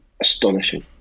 astonishing